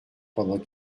pendant